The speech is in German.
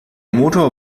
motor